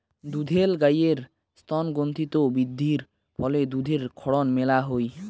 দুধেল গাইের স্তনগ্রন্থিত বৃদ্ধির ফলে দুধের ক্ষরণ মেলা হই